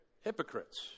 Hypocrites